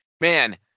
Man